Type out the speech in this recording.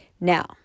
Now